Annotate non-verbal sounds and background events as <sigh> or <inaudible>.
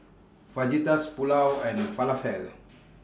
Fajitas Pulao <noise> and Falafel